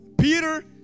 Peter